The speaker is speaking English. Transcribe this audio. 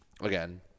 Again